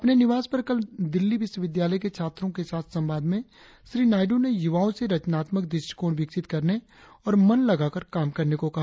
अपने निवास पर कल दिल्ली विश्वविदायालय के छात्रो के साथ संवाद में श्री नायडू ने युवाओं से रचनात्मक दृष्टिकोण विकसित करने और मन लगाकर काम करने को कहा